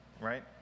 right